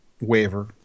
waiver